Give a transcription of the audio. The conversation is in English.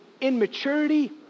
immaturity